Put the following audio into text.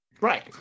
right